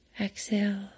exhale